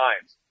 times